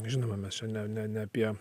žinoma mes čia ne ne ne apie